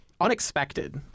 unexpected